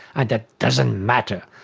and that doesn't matter.